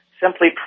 simply